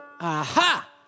Aha